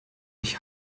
ich